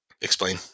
Explain